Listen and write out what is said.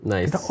Nice